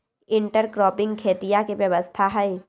intercropping खेतीया के व्यवस्था हई